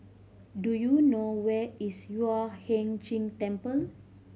do you know where is Yueh Hai Ching Temple